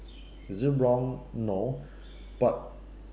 is it wrong no but